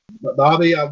Bobby